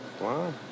Wow